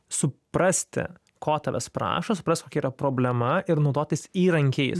suprasti ko tavęs prašo suprast kokia yra problema ir naudotis įrankiais